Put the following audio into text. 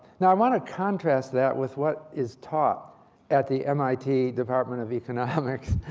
now, i want to contrast that with what is taught at the mit department of economics.